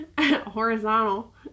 horizontal